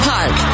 Park